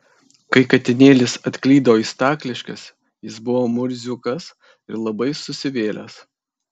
kai katinėlis atklydo į stakliškes jis buvo murziukas ir labai susivėlęs